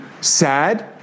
sad